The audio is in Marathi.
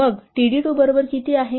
मग td2 बरोबर किती आहे